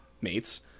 mates